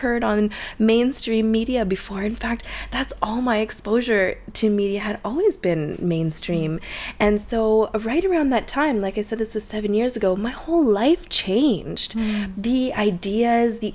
heard on mainstream media before in fact that's all my exposure to media had always been mainstream and so right around that time like i said this is seven years ago my whole life changed the idea as the